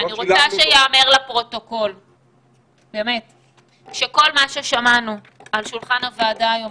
אני רוצה שייאמר לפרוטוקול שכל מה ששמענו על שולחן הוועדה היום,